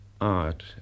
art